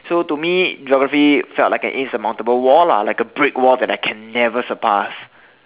so to me geography felt like an insurmountable wall lah like a brick wall that I can never surpass